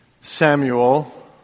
Samuel